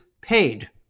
paid